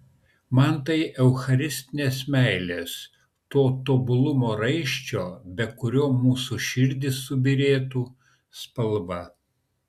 man tai eucharistinės meilės to tobulumo raiščio be kurio mūsų širdys subyrėtų spalva